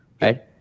right